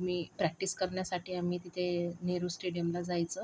मी practice करण्यासाठी आम्ही तिथे नेहरू स्टेडियमला जायचं